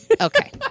Okay